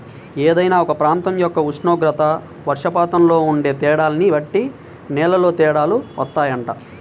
ఏదైనా ఒక ప్రాంతం యొక్క ఉష్ణోగ్రత, వర్షపాతంలో ఉండే తేడాల్ని బట్టి నేలల్లో తేడాలు వత్తాయంట